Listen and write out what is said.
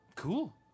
Cool